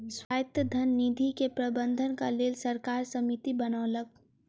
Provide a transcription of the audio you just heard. स्वायत्त धन निधि के प्रबंधनक लेल सरकार समिति बनौलक